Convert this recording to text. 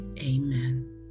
amen